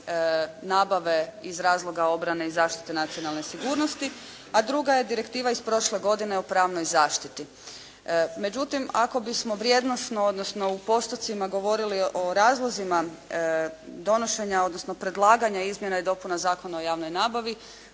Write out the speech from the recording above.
nabave iz razlog obrane i zaštite nacionalne sigurnosti, a druga je direktiva iz prošle godine o pravnoj zaštiti. Međutim, ako bi smo vrijednosno, odnosno u postocima govorili o razlozima donošenja, odnosno predlaganja izmjena i dopuna Zakona o javnoj nabavi